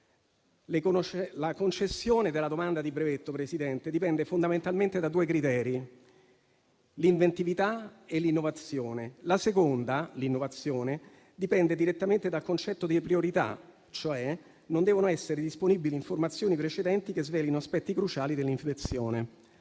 La concessione della domanda di brevetto, signor Presidente, dipende fondamentalmente da due criteri: l'inventività e l'innovazione. La seconda dipende direttamente dal concetto di priorità, cioè non devono essere disponibili informazioni precedenti che svelino aspetti cruciali dell'invenzione.